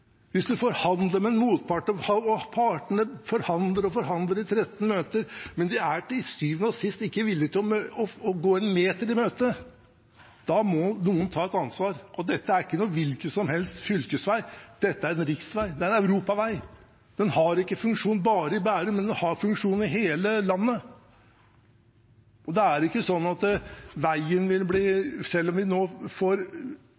Hvis man forhandler med en motpart og partene forhandler og forhandler i 13 møter, men til syvende og sist ikke er villige til å gå den andre én meter i møte, da må noen ta et ansvar. Dette er ikke en hvilken som helst fylkesvei. Dette er en europavei. Den har ikke funksjon bare i Bærum, men den har funksjon for hele landet. Og selv om vi nå får nullutslippskjøretøy, T-bane, trikk – og hva vi måtte få – vil